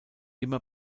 immer